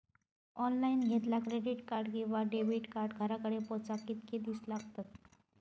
Online घेतला credit card किंवा debit card घराकडे पोचाक कितके दिस लागतत?